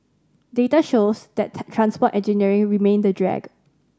data shows that transport engineering remained a drag